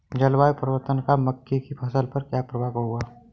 जलवायु परिवर्तन का मक्के की फसल पर क्या प्रभाव होगा?